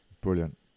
brilliant